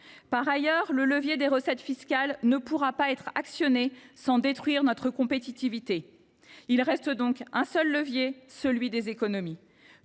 à un coup. Le levier des recettes fiscales ne pouvant pas être actionné sans détruire notre compétitivité, il ne reste qu’un seul levier, celui des économies.